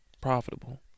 profitable